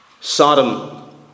Sodom